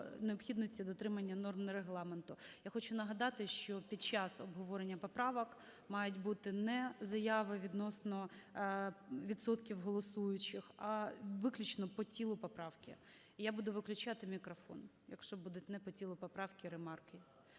необхідності дотримання норм Регламенту. Я хочу нагадати, що під час обговорення поправок мають бути не заяви відносно відсотків голосуючих, а виключно по тілу поправки. І я буду виключати мікрофон, якщо будуть не по тілу поправки ремарки